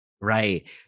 Right